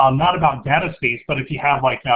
um not about data space but if you have like yeah